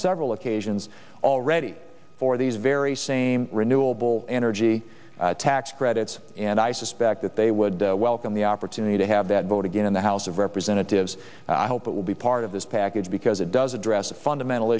several occasions already for these very same renewable energy tax credits and i suspect that they would welcome the opportunity to have that vote again in the house of representatives i hope it will be part of this package because it does address a fundamental